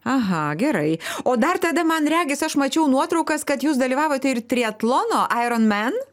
aha gerai o dar tada man regis aš mačiau nuotraukas kad jūs dalyvavote ir triatlono ironman